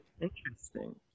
Interesting